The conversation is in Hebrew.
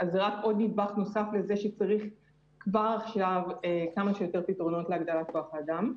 זה נדבך נוסף לכך שצריך כבר עכשיו כמה שיותר פתרונות להגדלת כוח האדם,